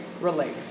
relate